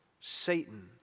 Satan